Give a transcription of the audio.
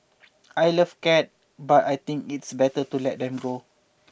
I love cat but I think it's better to let them go